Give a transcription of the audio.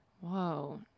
Whoa